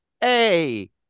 hey